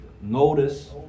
Notice